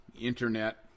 internet